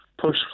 push